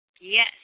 Yes